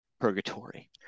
purgatory